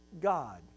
God